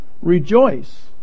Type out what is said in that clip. Rejoice